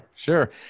Sure